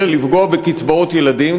חס וחלילה לפגוע בקצבאות ילדים,